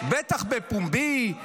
בטח בפומבי,